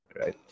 right